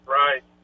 right